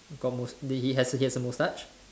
got mous~ he he has a moustache